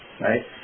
right